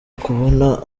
kubona